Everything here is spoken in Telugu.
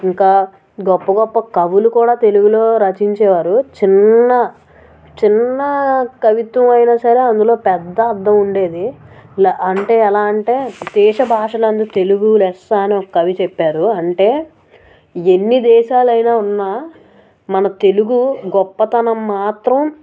ఇంకా గొప్ప గొప్ప కవులు కూడా తెలుగులో రచించేవారు చిన్న చిన్న కవిత్వం అయినా సరే అందులో పెద్ద అర్దం ఉండేది ల అంటే ఎలా అంటే దేశ భాషలందు తెలుగు లెస్సా అని ఒక కవి చెప్పారు అంటే ఎన్ని దేశాలు అయినా ఉన్నా మన తెలుగు గొప్పతనం మాత్రం